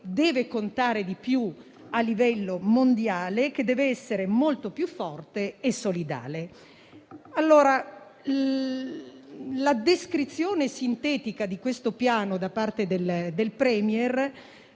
deve contare di più a livello mondiale e che deve essere molto più forte e solidale. La descrizione sintetica di questo Piano da parte del *premier*